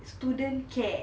student care